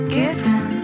given